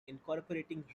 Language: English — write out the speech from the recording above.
incorporating